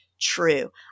true